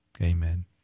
Amen